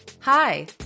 Hi